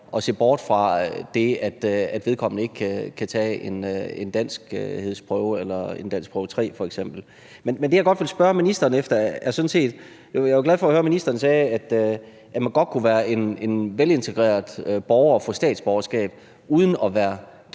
at se bort fra det, at vedkommende ikke kan tage f.eks. en danskprøve 3. Men det, jeg godt ville spørge ministeren om, er sådan set noget andet. Jeg var jo glad for at høre, at ministeren sagde, at man godt kunne være en velintegreret borger og få statsborgerskab uden at være gift